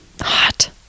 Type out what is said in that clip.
Hot